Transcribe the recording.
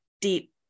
deep